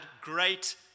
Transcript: great